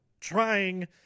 trying